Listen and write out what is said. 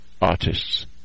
artists